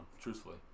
truthfully